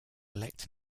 elect